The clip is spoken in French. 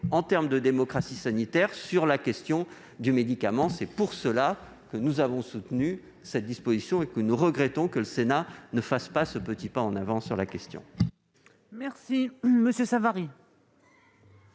en termes de démocratie sanitaire sur la question du médicament. C'est pour cela que nous avons soutenu cette disposition et que nous regrettons que le Sénat ne fasse pas ce petit pas en avant sur cette question. La parole est à M.